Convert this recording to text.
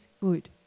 good